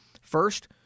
First